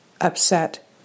upset